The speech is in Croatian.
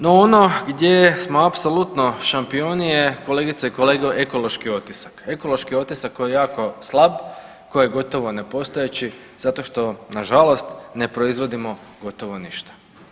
No ono gdje smo apsolutno šampioni je kolegice i kolege ekološki otisak, ekološki otisak koji je jako slab, koji je gotovo nepostojeći zato što nažalost ne proizvodimo gotovo ništa.